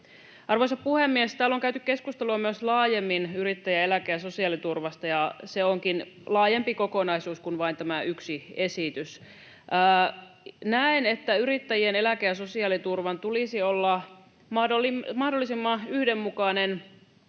Arvoisa puhemies! Täällä on käyty keskustelua myös laajemmin yrittäjien eläke- ja sosiaaliturvasta, ja se onkin laajempi kokonaisuus kuin vain tämä yksi esitys. Näen, että yrittäjien eläke- ja sosiaaliturvan tulisi olla mahdollisimman yhdenmukainen